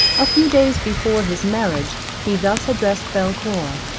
a few days before his marriage he thus addressed belcour